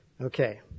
Okay